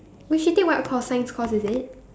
wait she take what course science course is it